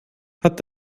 hat